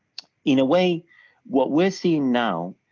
in a way what we're seeing now,